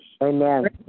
Amen